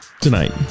tonight